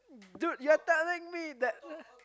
dude you're telling me that